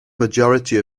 majority